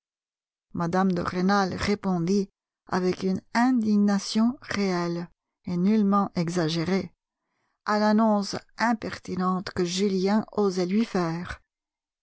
mme de rênal répondit avec une indignation réelle et nullement exagérée à l'annonce impertinente que julien osait lui faire